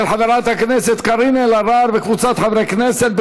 של חברת הכנסת קארין אלהרר וקבוצת חברי הכנסת,